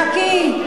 חכי,